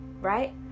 right